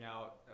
out